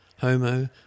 Homo